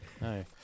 no